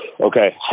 Okay